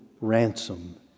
ransom